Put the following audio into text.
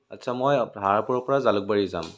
আচ্ছা মই ধাৰাপুৰৰ পৰা জালুকবাৰী যাম